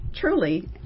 truly